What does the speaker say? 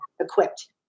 equipped